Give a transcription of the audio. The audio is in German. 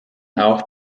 auch